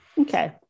Okay